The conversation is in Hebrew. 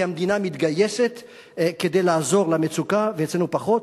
כי המדינה מתגייסת כדי לעזור למצוקה, ואצלנו פחות.